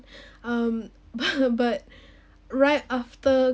um but right after